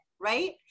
right